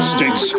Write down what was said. States